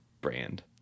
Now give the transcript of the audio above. brand